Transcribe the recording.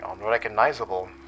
unrecognizable